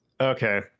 Okay